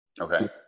Okay